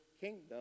kingdom